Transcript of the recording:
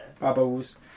Bubbles